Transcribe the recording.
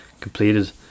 completed